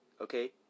okay